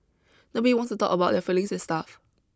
nobody wants to talk about their feelings and stuff